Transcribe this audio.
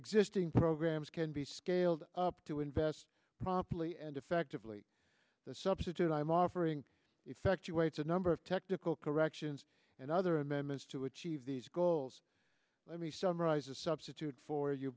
existing programs can be scaled up to invest promptly and effectively substitute i'm offering effectuate a number of technical corrections and other amendments to achieve these goals let me summarize a substitute for you